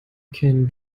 can